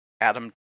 Adam